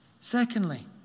Secondly